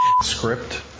script